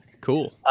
Cool